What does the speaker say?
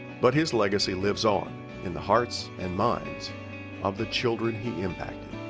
but his legacy lives on in the hearts and minds of the children he impacted.